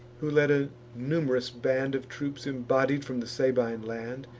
who led a num'rous band of troops embodied from the sabine land,